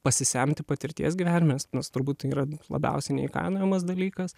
pasisemti patirties gyvenime nes turbūt yra labiausiai neįkainojamas dalykas